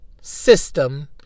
system